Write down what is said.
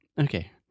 okay